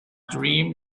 dream